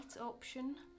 option